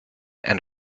and